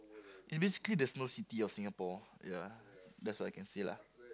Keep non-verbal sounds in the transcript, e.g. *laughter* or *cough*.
it's basically the Snow-City of Singapore ya that's what I can say lah *noise*